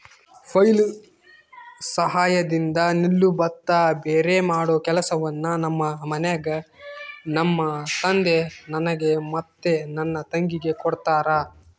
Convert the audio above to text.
flail ಸಹಾಯದಿಂದ ನೆಲ್ಲು ಭತ್ತ ಭೇರೆಮಾಡೊ ಕೆಲಸವನ್ನ ನಮ್ಮ ಮನೆಗ ನಮ್ಮ ತಂದೆ ನನಗೆ ಮತ್ತೆ ನನ್ನ ತಂಗಿಗೆ ಕೊಡ್ತಾರಾ